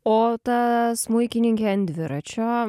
o ta smuikininkė an dviračio